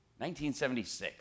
1976